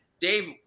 Dave